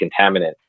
contaminant